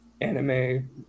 anime